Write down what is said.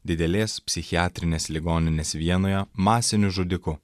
didelės psichiatrinės ligoninės vienoje masiniu žudiku